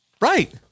right